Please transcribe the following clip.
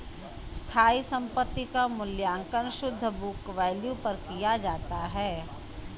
स्थायी संपत्ति क मूल्यांकन शुद्ध बुक वैल्यू पर किया जाता है